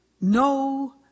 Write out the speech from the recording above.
no